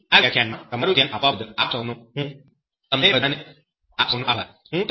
તેથી આ વ્યાખ્યાનમાં તમારું ધ્યાન આપવા બદલ આપસૌનો આભાર